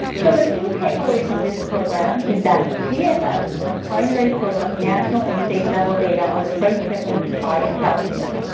so the key takeaway from this program is that the cfs is a primary source of national and state level data on freight shipments by establishments.